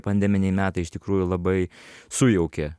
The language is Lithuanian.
pandeminiai metai iš tikrųjų labai sujaukė